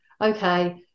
okay